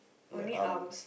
my arms